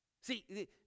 See